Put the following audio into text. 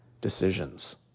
decisions